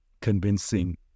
convincing